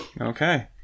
Okay